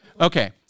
okay